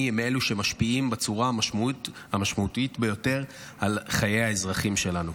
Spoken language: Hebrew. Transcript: הם אלו שמשפיעים בצורה המשמעותית ביותר על חיי האזרחים שלנו.